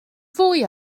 fwy